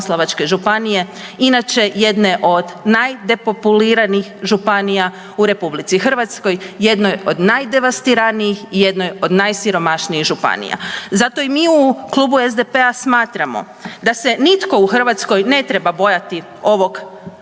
županije inače jedne od najdepopuliranijih županija u Republici Hrvatskoj, jednoj od najdevastiranijih i jednoj od najsiromašnijih županija. Zato mi u Klubu SDP-a smatramo da se nitko u Hrvatskoj ne treba bojati ovog